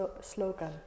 slogan